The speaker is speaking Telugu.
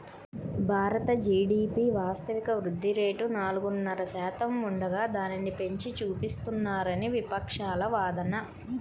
భారత్ జీడీపీ వాస్తవిక వృద్ధి రేటు నాలుగున్నర శాతం ఉండగా దానిని పెంచి చూపిస్తున్నారని విపక్షాల వాదన